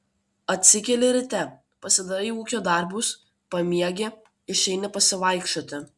atsikeli ryte pasidarai ūkio darbus pamiegi išeini pasivaikščioti